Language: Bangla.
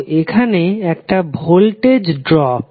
তো এখানে এটা একটা ভোল্টেজ ড্রপ